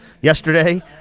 yesterday